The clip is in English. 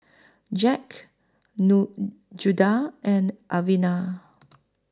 Jacques Judah and Alvena